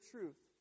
Truth